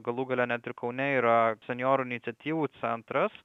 galų gale net ir kaune yra senjorų iniciatyvų centras